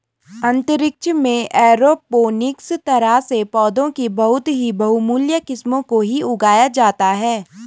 अंतरिक्ष में एरोपोनिक्स तरह से पौधों की बहुत ही बहुमूल्य किस्मों को ही उगाया जाता है